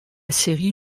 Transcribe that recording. série